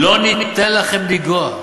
לא ניתן לכם לנגוע,